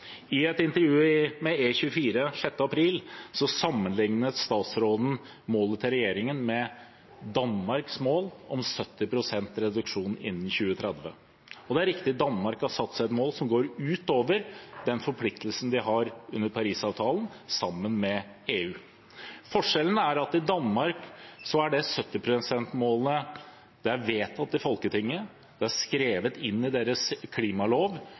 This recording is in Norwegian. I et intervju med E24 den 6. april sammenlignet statsråden målet til regjeringen med Danmarks mål om 70 pst. reduksjon innen 2030. Det er riktig: Danmark har satt seg et mål som går utover den forpliktelsen de har under Parisavtalen sammen med EU. Forskjellen er at i Danmark er det 70-prosentmålet vedtatt i Folketinget, det er skrevet inn i deres klimalov,